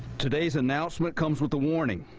today's announcement comes with a warning.